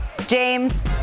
James